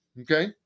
Okay